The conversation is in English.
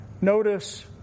Notice